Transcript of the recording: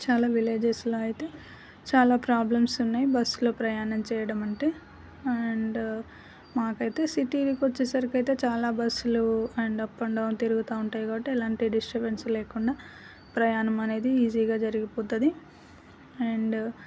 చాలా విలేజెస్లో అయితే చాలా ప్రాబ్లమ్స్ ఉన్నాయి బస్సులో ప్రయాణం చేయడం అంటే అండ్ మాకైతే సిటీకి వచ్చేసరికి అయితే చాలా బస్సులు అండ్ అప్ అండ్ డౌన్ తిరుగుతు ఉంటాయి కాబట్టి ఇలాంటి డిస్టర్బెన్స్ లేకుండా ప్రయాణం అనేది ఈజీగా జరిగిపోతుంది అండ్